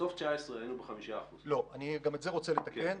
בסוף 2019 היינו ב-5% --- לא, אני רוצה לתקן,